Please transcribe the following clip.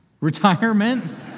Retirement